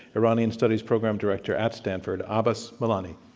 iranian studies program director at stanford, ah abbas milani.